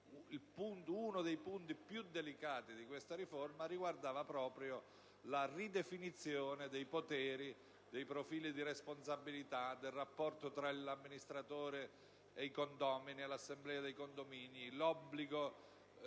Uno degli aspetti più delicati di questa riforma riguarda proprio la ridefinizione dei poteri, dei profili di responsabilità, del rapporto tra l'amministratore, i condomini e l'assemblea